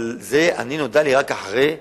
אבל זה נודע לי רק אחרי הפיזור.